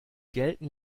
gelten